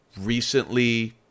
Recently